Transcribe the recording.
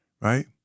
right